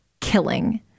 killing